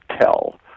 tell